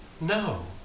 no